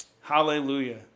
Hallelujah